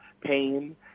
pain